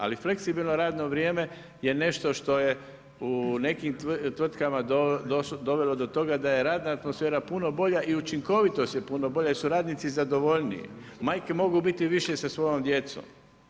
Ali, fleksibilno radno vrijeme, je nešto što je u nekim tvrtkama dovelo do toga, da je radna atmosfera puno bolja i učinkovitost je puno bolja, jer su radnici zadovoljniji, majke mogu biti više sa radnom djecom.